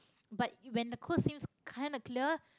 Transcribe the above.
but when the cause you kind a clear